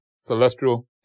celestial